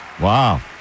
Wow